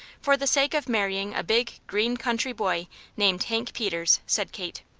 for the sake of marrying a big, green country boy named hank peters, said kate.